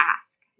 ask